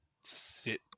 sit